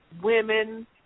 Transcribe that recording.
women